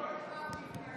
אותו אחד שהתנגד,